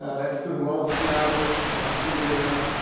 that's been well-established through data